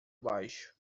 baixo